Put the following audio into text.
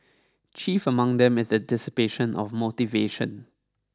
chief among them is a dissipation of motivation